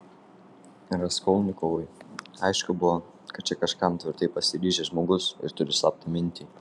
raskolnikovui aišku buvo kad čia kažkam tvirtai pasiryžęs žmogus ir turi slaptą mintį